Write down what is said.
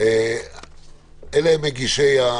אלה המגישים.